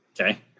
okay